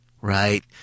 Right